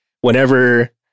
whenever